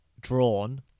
drawn